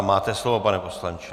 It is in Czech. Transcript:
Máte slovo, pane poslanče.